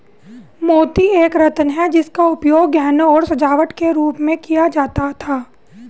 मोती एक रत्न है जिसका उपयोग गहनों और सजावट के रूप में किया जाता था